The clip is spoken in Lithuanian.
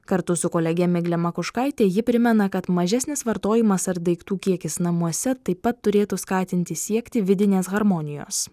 kartu su kolege miglė makuškaitė ji primena kad mažesnis vartojimas ar daiktų kiekis namuose taip pat turėtų skatinti siekti vidinės harmonijos